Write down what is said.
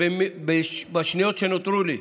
ובשניות שנותרו לי,